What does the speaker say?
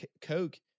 Coke